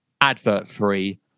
advert-free